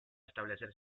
establecer